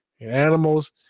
animals